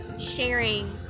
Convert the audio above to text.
sharing